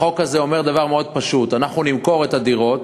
החוק הזה אומר דבר מאוד פשוט: אנחנו נמכור את הדירות,